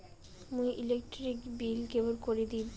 মুই electric bill কেমন করি দিম?